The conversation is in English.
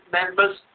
members